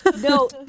No